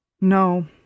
No